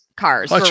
Cars